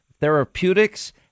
therapeutics